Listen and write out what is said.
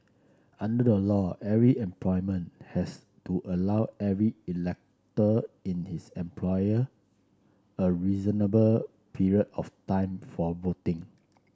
under the law every employment has to allow every elector in his employ a reasonable period of time for voting